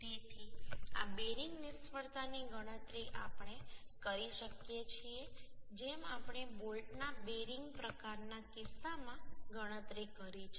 તેથી આ બેરિંગ નિષ્ફળતાની ગણતરી આપણે કરી શકીએ છીએ જેમ આપણે બોલ્ટના બેરિંગ પ્રકારના કિસ્સામાં ગણતરી કરી છે